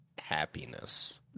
happiness